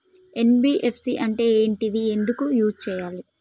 NBFC అంటే ఏంటిది ఎందుకు యూజ్ చేయాలి?